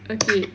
okay